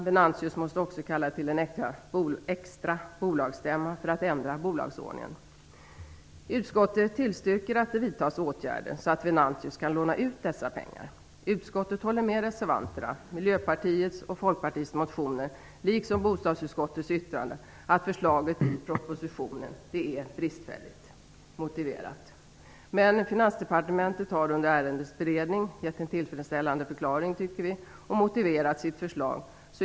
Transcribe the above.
Venantius måste också kalla till en extra bolagsstämma för att ändra bolagsordningen. Venantius kan låna ut dessa pengar. Utskottet instämmer i reservationerna, Miljöpartiets och Folkpartiets motioner liksom bostadsutskottets yttrande vad gäller att förslaget är bristfälligt motiverat. Vi tycker dock att Finansdepartementet under ärendets beredning har givit en tillfredsställande förklaring och motiverat sitt förslag.